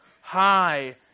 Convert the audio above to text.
High